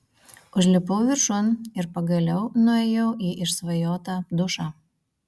užlipau viršun ir pagaliau nuėjau į išsvajotą dušą